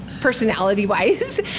personality-wise